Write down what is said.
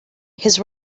his